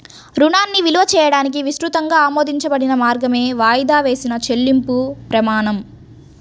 రుణాన్ని విలువ చేయడానికి విస్తృతంగా ఆమోదించబడిన మార్గమే వాయిదా వేసిన చెల్లింపు ప్రమాణం